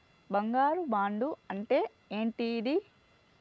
బంగారు బాండు అంటే ఏంటిది?